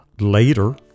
later